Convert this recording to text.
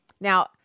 Now